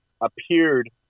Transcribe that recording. appeared